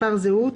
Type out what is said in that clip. מספר זהות,